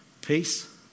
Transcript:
peace